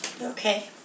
Okay